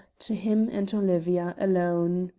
to him and olivia alone.